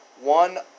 one